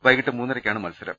വൈകീട്ട് മൂന്നരയ്ക്കാണ് മത്സ രം